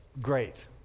Great